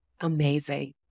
Amazing